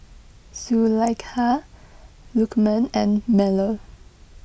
Zulaikha Lukman and Melur